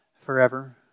forever